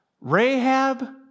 Rahab